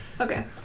Okay